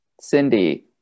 Cindy